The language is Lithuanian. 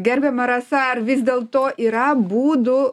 gerbiama rasa ar vis dėlto yra būdų